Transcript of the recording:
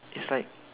it's like